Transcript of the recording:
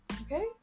Okay